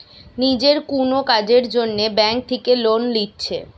নিজের কুনো কাজের জন্যে ব্যাংক থিকে লোন লিচ্ছে